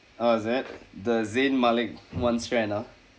oh is it the zayn malik one strand ah